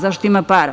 Zašto ima para?